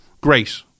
Great